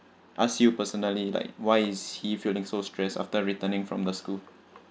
ask you personally like why is he feeling so stress after returning from the school